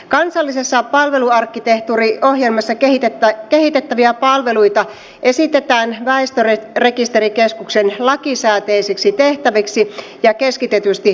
kansallisessa palveluarkkitehtuuriohjelmassa kehitettäviä palveluita esitetään väestörekisterikeskuksen lakisääteisiksi tehtäviksi ja keskitetysti rahoitetuiksi